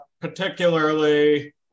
particularly